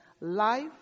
life